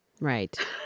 Right